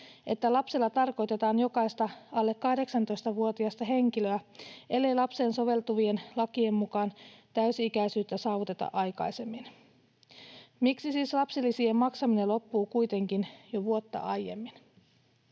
että lapsella tarkoitetaan jokaista alle 18-vuotiasta henkilöä, ellei lapseen soveltuvien lakien mukaan täysi-ikäisyyttä saavuteta aikaisemmin. Miksi siis lapsilisien maksaminen loppuu kuitenkin jo vuotta aiemmin?